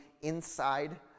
inside